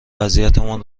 وضعیتمان